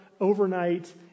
overnight